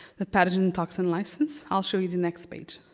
the pathogen toxin license. i'll show you the next page.